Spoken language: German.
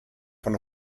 von